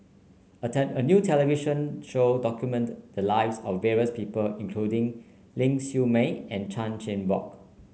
a tend a new television show documented the lives of various people including Ling Siew May and Chan Chin Bock